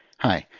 hi,